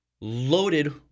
loaded